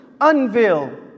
unveil